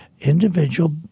individual